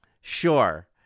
sure